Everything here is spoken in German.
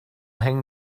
hängen